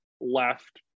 left